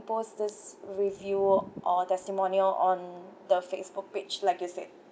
post this review or testimonial on the facebook page like you said